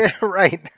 Right